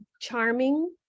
charming